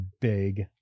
big